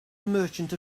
merchant